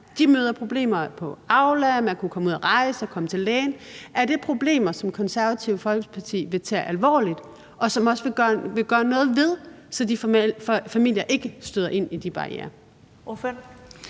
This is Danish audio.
De møder problemer i forbindelse med Aula, at kunne komme ud at rejse, at kunne komme til lægen. Er det problemer, som Det Konservative Folkeparti vil tage alvorligt og også gøre noget ved, så de familier ikke støder ind i de barrierer?